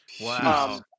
Wow